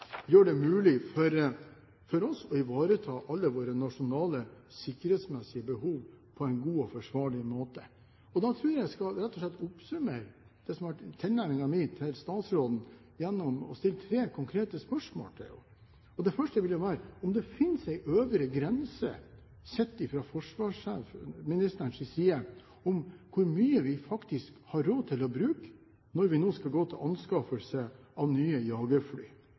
mulig for oss å ivareta alle våre nasjonale sikkerhetsmessige behov på en god og forsvarlig måte. Da tror jeg jeg rett og slett skal oppsummere det som har vært tilnærmingen min til statsråden, ved å stille tre konkrete spørsmål til henne. Det første vil være om det finnes en øvre grense sett fra forsvarsministerens side for hvor mye vi faktisk har råd til å bruke når vi nå skal gå til anskaffelse av nye jagerfly.